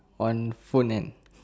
on phone end